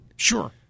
Sure